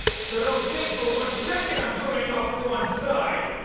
so don't think for one second i'm joining all for one's side.